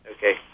Okay